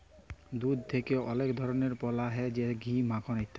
দুধ থেক্যে অলেক ধরলের পল্য হ্যয় যেমল ঘি, মাখল ইত্যাদি